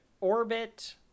orbit